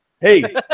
Hey